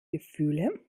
gefühle